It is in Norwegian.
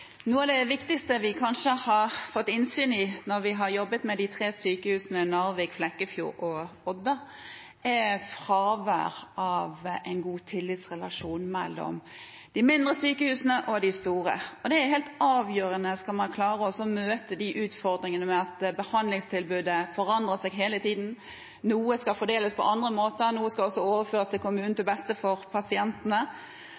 Noe av det kanskje viktigste vi har fått innsyn i når vi har jobbet med de tre sykehusene i Narvik, Flekkefjord og Odda, er fraværet av en god tillitsrelasjon mellom de mindre sykehusene og de store sykehusene, og det er helt avgjørende hvis man skal klare å møte utfordringene med at behandlingstilbudet forandrer seg hele tiden – noe skal fordeles på andre måter, noe skal også overføres til